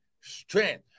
strength